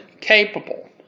capable